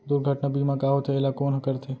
दुर्घटना बीमा का होथे, एला कोन ह करथे?